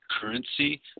currency